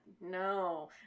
No